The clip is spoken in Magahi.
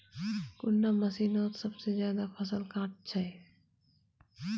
कुंडा मशीनोत सबसे ज्यादा फसल काट छै?